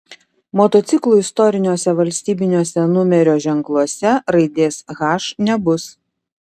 motociklų istoriniuose valstybiniuose numerio ženkluose raidės h nebus